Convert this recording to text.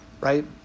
right